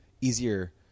easier